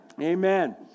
Amen